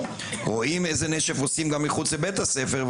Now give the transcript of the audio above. רואים איזה נשף עושים גם מחוץ לבית הספר,